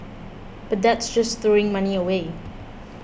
but that's just throwing money away